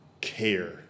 care